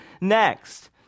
next